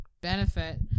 benefit